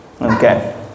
okay